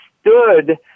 stood